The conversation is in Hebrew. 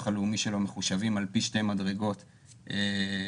הלאומי שלו מחושבים על פי שתי מדרגות של גבייה,